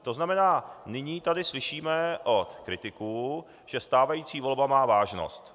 To znamená, nyní tady slyšíme od kritiků, že stávající volba má vážnost.